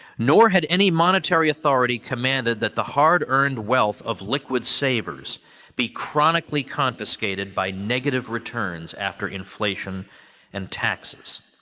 nor had any monetary authority commanded that the hard-earned wealth of liquid savers be chronically confiscated by negative returns after inflation and taxes.